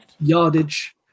yardage